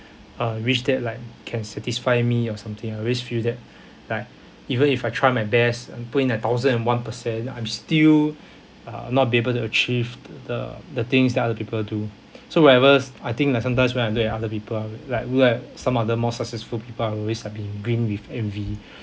uh which that like can satisfy me or something I always feel that like even if I try my best and put in a thousand and one percent I'm still uh not be able to achieve the the things that other people do so whenever I think like sometimes when I look at other people like look at some other more successful people I'll always like being green with envy